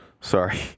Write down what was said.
Sorry